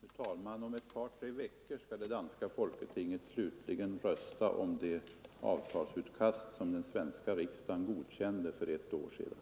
Fru talman! Om två tre veckor skall danska folketinget slutligt rösta om det avtalsutkast som den svenska riksdagen godkände för ett år sedan.